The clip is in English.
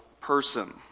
person